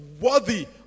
worthy